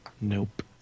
Nope